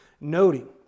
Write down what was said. noting